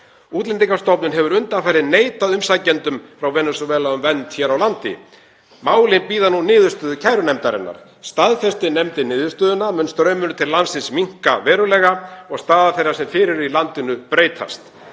Útlendingastofnun hefur undanfarið neitað umsækjendum frá Venesúela um vernd hér á landi. Málin bíða nú niðurstöðu kærunefndarinnar. Staðfesti nefndin niðurstöðuna mun straumurinn til landsins minnka verulega og staða þeirra sem fyrir eru í landinu breytast.